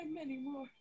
anymore